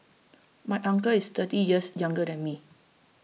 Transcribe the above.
my uncle is thirty years younger than me